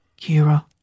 Kira